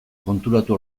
konturatu